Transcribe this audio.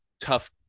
tough